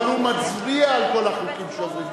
אבל הוא מצביע על כל החוקים שעוברים בכנסת.